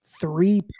three